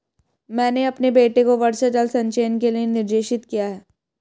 मैंने अपने बेटे को वर्षा जल संचयन के लिए निर्देशित किया